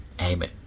Amen